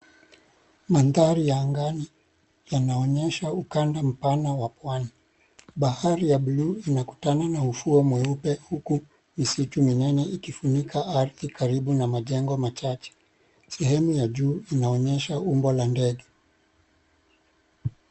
Mandhari ya angani, yanaonyesha ukanda mpana wa Pwani. Bahari ya(cs) blue(cs) inakutana na ufuo mweupe huku misitu minene ikifunika ardhi karibu na majengo machache. Sehemu ya juu inaonyesha umbo la ndege.